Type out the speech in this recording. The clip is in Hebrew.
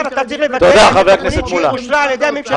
אתה כמשרד האוצר צריך לוודא שמממשים את התוכנית שאושרה על ידי הממשלה.